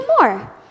more